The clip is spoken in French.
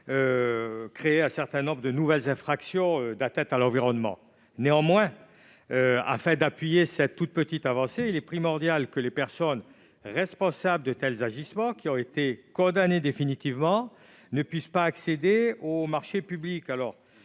créer un certain nombre de nouvelles infractions d'atteinte à l'environnement. Néanmoins, afin d'appuyer cette toute petite avancée, il est primordial que les personnes responsables de tels agissements et qui ont été condamnées définitivement ne puissent pas accéder aux marchés publics.